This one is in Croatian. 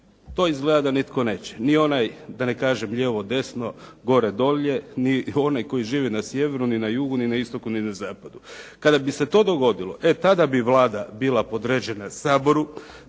to izgleda da nitko neće. Ni onaj da ne kažem lijevo-desno, gore-dolje, ni onaj koji živi na sjeveru, ni na jugu, ni na istoku, ni na zapadu. Kada bi se to dogodilo, e tada bi Vlada bila podređena Saboru,